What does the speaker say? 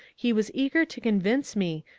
he was eager to convince me,